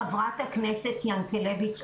חברת הכנסת ינקלביץ,